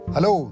Hello